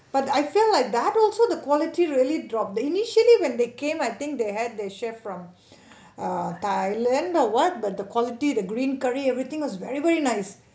but I feel like that also the quality really drop the initially when they came I think they had the chef from err thailand or what but the quality the green curry everything was very very nice